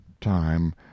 time